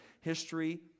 history